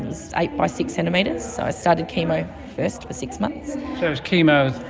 was eight by six centimetres, so i started chemo first for six months. so chemo,